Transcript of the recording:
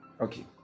Okay